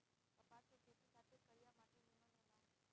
कपास के खेती खातिर करिया माटी निमन होला